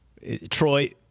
Troy